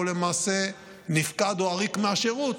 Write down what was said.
הוא למעשה נפקד או עריק מהשירות,